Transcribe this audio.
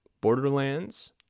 borderlands